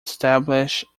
established